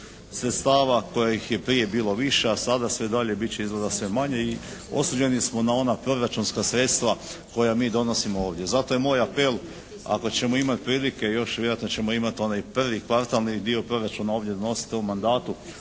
sredstava kojih je prije bilo više, a sada sve dalje bit će izgleda sve manje. I osuđeni smo na ona proračunska sredstva koja mi donosimo ovdje. Zato je moj apel ako ćemo imati prilike još, vjerojatno ćemo imati onaj prvi kvartalni dio proračuna ovdje donositi u ovom mandatu